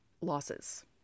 losses